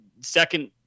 second